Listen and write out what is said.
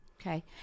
Okay